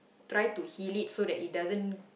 try to heal it so that it doesn't